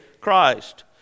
Christ